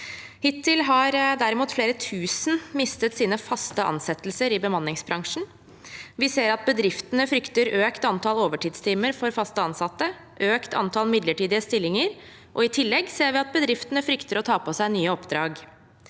Hittil har derimot flere tusen mistet sine faste ansettelser i bemanningsbransjen. Vi ser at bedriftene frykter økt antall overtidstimer for fast ansatte, økt antall midlertidige stillinger, og i tillegg ser vi at bedriftene frykter å ta på seg nye oppdrag.